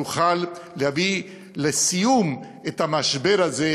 נוכל להביא לסיום את המשבר הזה.